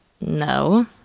No